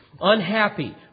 Unhappy